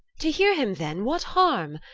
to hear him then, what harm?